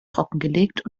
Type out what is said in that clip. trockengelegt